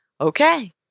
Okay